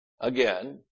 again